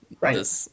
Right